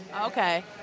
Okay